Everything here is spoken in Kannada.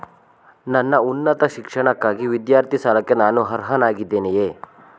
ನನ್ನ ಉನ್ನತ ಶಿಕ್ಷಣಕ್ಕಾಗಿ ವಿದ್ಯಾರ್ಥಿ ಸಾಲಕ್ಕೆ ನಾನು ಅರ್ಹನಾಗಿದ್ದೇನೆಯೇ?